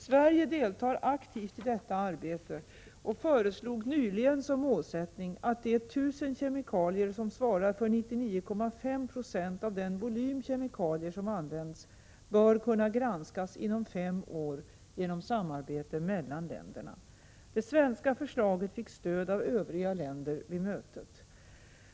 Sverige deltar aktivt i detta arbete och föreslog nyligen som målsättning att de 1 000 kemikalier som svarar för 99,5 96 av den volym kemikalier som används bör kunna granskas inom fem år genom samarbete mellan länderna. Det svenska förslaget fick stöd av övriga länder vid mötet.